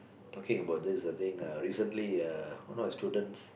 talking about this uh I think uh recently uh one of the students